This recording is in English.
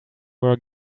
were